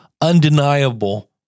undeniable